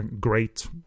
great